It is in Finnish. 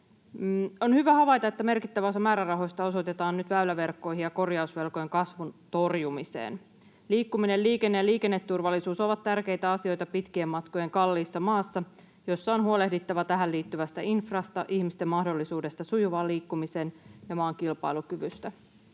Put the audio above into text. On hyvä havaita, että merkittävä osa määrärahoista osoitetaan nyt väyläverkkoihin ja korjausvelkojen kasvun torjumiseen. Liikkuminen, liikenne ja liikenneturvallisuus ovat tärkeitä asioita pitkien matkojen kalliissa maassa, jossa on huolehdittava tähän liittyvästä infrasta, ihmisten mahdollisuudesta sujuvaan liikkumiseen ja maan kilpailukyvystä.